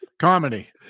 comedy